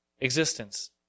existence